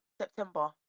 September